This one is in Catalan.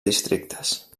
districtes